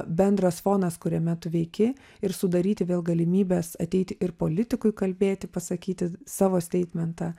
bendras fonas kuriame tu veiki ir sudaryti vėl galimybes ateiti ir politikui kalbėti pasakyti savo steitmentą